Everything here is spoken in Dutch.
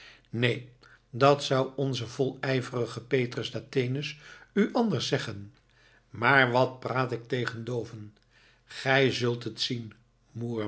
neen dat zou onze volijverige petrus dathenus u anders zeggen maar wat praat ik tegen dooven gij zult het zien